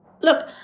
Look